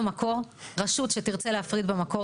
רשות שתרצה להפריד במקור,